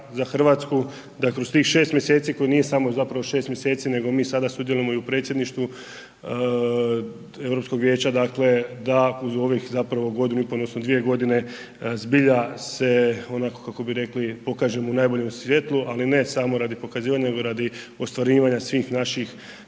za Hrvatsku da kroz tih 6 mj. koje nije samo zapravo 6 mj. nego mi sada sudjelujemo i u predsjedništvu Europskog vijeća, dakle da uz ovih godinu i pol odnosno 2 g. zbilja se onako kako bi rekli, pokažemo u najboljem svjetlu ali ne samo radi pokazivanja nego i radi ostvarivanja svih naših